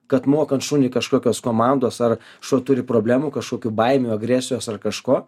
kad mokant šunį kažkokios komandos ar šuo turi problemų kažkokių baimių agresijos ar kažko